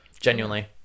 genuinely